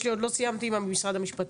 עוד התייחסויות?